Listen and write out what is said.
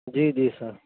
جی جی سر